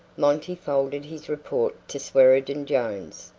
monty folded his report to swearengen jones,